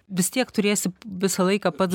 vis tiek turėsi visą laiką pats